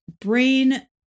brain